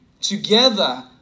Together